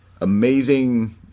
amazing